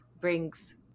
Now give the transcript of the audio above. brings